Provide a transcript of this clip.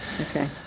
okay